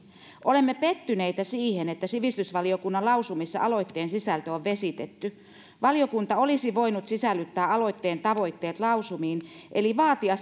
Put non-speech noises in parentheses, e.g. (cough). olemme pettyneitä siihen että sivistysvaliokunnan lausumissa aloitteen sisältö on vesitetty valiokunta olisi voinut sisällyttää aloitteen tavoitteet lausumiin eli vaatia (unintelligible)